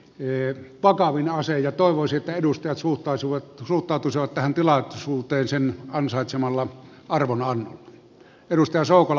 teet vakavin asia ja toivon sitä edusti asuu paisuvat mutta kyse on tähän tilaisuuteen sen ansaitsemalla arvonan edustajan sokol